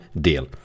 deal